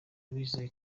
bizeye